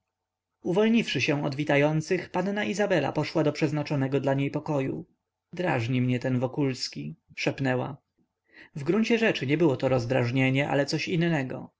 uwolniwszy się od witających panna izabela poszła do przeznaczonego dla niej pokoju drażni mnie ten wokulski szepnęła w gruncie rzeczy nie było to rozdrażnienie ale coś innego